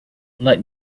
let